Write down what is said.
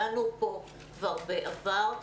דנו פה כבר בעבר.